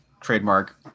trademark